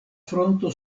fronto